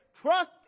trust